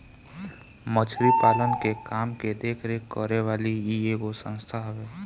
मछरी पालन के काम के देख रेख करे वाली इ एगो संस्था हवे